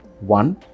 one